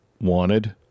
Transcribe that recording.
wanted